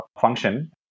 function